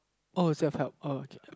uh self help uh